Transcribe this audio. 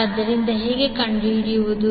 ಆದ್ದರಿಂದ ಹೇಗೆ ಕಂಡುಹಿಡಿಯುವುದು